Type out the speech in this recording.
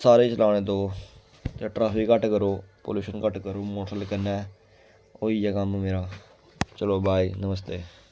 सारे चलाने दो ते ट्रैफिक घट्ट करो पलूशन घट्ट करो मोटरसैकल कन्नै होई गेआ कम्म मेरा चलो बाय नमस्ते